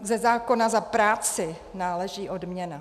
Ze zákona za práci náleží odměna.